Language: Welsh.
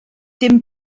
dim